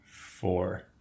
Four